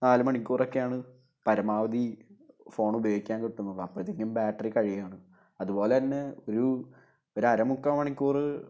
നാല് മണിക്കൂറൊക്കെ ആണ് പരമാവധി ഫോണ് ഉപയോഗിക്കാൻ കിട്ടുന്നത് അപ്പോഴത്തേക്കും ബാറ്ററി കഴിയുകയാണ് അത്പോലെ തന്നെ ഒരു അര മുക്കാൽ മണിക്കൂർ